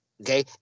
Okay